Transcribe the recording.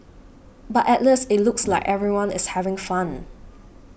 but at least it looks like everyone is having fun